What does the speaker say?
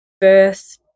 birth